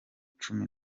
cumi